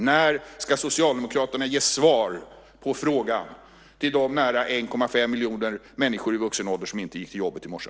När ska socialdemokraterna ge svar på frågan till de nära 1,5 miljoner människor i vuxen ålder som inte gick till jobbet i morse?